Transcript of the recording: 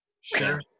Sure